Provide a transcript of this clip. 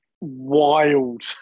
wild